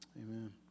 Amen